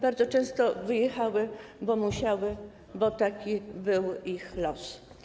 Bardzo często wyjechały, bo musiały, bo taki był ich los.